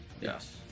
yes